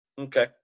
Okay